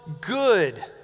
good